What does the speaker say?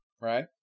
Right